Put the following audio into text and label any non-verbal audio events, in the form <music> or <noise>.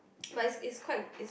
<noise> but it's it's quite it's